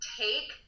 take